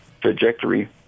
trajectory